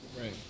Right